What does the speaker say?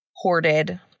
hoarded